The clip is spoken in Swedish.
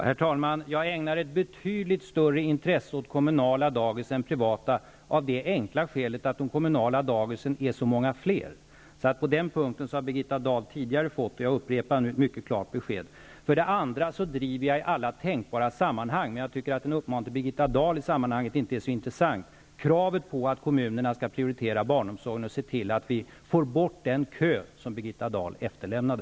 Herr talman! Jag ägnar ett betydligt större in tresse åt kommunala dagis än åt privata av det enkla skälet att de kommunala daghemmen är så många fler. På den punkten har Birgitta Dahl re dan tidigare fått ett mycket klart besked, och jag har nu upprepat det. Vidare driver jag i alla tänkbara sammanhang -- men jag tycker inte att en uppmaning till Birgitta Dahl på den punkten är så intressant -- kravet på att kommunerna skall priotera barnomsorgen och se till att vi får bort den kö som Birgitta Dahl efter lämnade.